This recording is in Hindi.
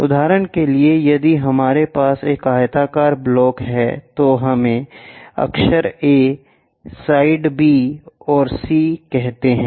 उदाहरण के लिए यदि हमारे पास एक आयताकार ब्लॉक है तो हमें अक्षर A साइड B और C कहते हैं